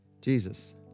Jesus